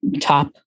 top